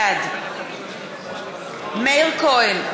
בעד מאיר כהן,